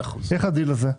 איך הדיל הזה?